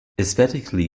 aesthetically